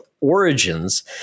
origins